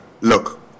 look